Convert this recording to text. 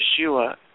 Yeshua